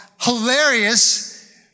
hilarious